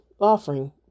offering